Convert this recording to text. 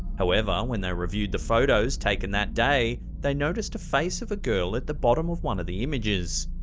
however, when they reviewed the photos taken that day, they noticed a face of a girl at the bottom of one of the images.